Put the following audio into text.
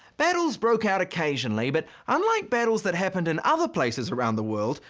battles broke out occasionally but unlike battles that happened in other places around the world,